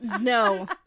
No